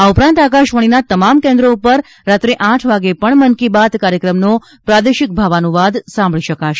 આ ઉપરાંત આકાશવાણીના તમામ કેન્દ્રો પર રાત્રે આઠ વાગે પણ મન કી બાત કાર્યક્રમનો પ્રાદેશિક ભાવાનુવાદ સાંભળી શકાશે